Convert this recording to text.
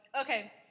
Okay